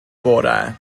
bore